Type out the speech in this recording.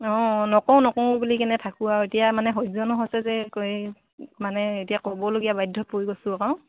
অঁ নকওঁ নকওঁঁ বুলি কেনে থাকোঁ আৰু এতিয়া মানে সহ্য নহৈছে যে আকৌ এই মানে এতিয়া ক'বলগীয়া বাধ্যত পৰি গৈছোঁ আকৌ